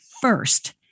first